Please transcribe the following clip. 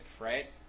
right